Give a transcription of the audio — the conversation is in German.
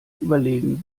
überlegen